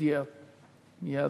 אודיע מייד.